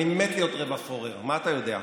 אני מת להיות רבע פורר, מה אתה יודע.